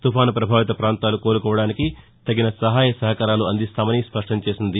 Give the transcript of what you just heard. తుపాను పభావిత పాంతాలు కోలుకోవడానికి తగిన సహయ సహకారాలు అందిస్తామని స్పష్టం చేసింది